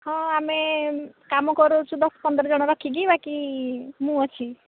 ହଁ ଆମେ କାମ କରାଉଛୁ ଦଶ ପନ୍ଦର ଜଣ ରଖିକି ବାକି ମୁଁ ଅଛି